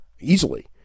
easily